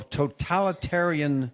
totalitarian